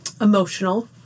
emotional